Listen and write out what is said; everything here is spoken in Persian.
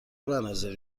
مناظری